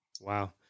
Wow